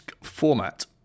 Format